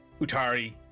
Utari